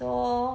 so